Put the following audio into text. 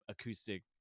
acoustic